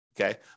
okay